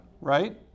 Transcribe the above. right